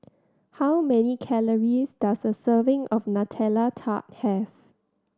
how many calories does a serving of Nutella Tart have